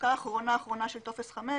פסקה אחרונה של טופס 5,